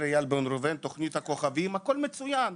איל בן ראובן מדבר, תוכנית הכוכבים, הכל מצוין.